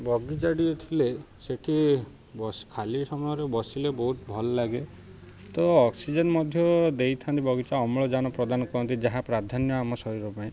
ବଗିଚାଟିଏ ଥିଲେ ସେଠି ଖାଲି ସମୟରେ ବସିଲେ ବହୁତ ଭଲ ଲାଗେ ତ ଅକ୍ସିଜେନ୍ ମଧ୍ୟ ଦେଇଥାନ୍ତି ବଗିଚା ଅମ୍ଳଜାନ୍ ପ୍ରଦାନ କରନ୍ତି ଯାହା ପ୍ରାଧାନ୍ୟ ଆମ ଶରୀର ପାଇଁ